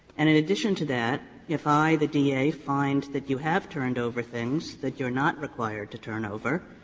and in addition to that, if i, the d a, find that you have turned over things that you are not required to turn over,